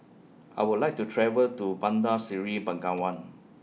I Would like to travel to Bandar Seri Begawan